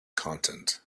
content